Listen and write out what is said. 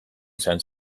izan